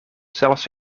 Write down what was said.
zelfs